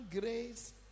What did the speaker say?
grace